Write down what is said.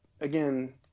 again